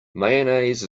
mayonnaise